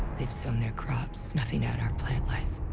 they've sown their crops, snuffing out our plant life,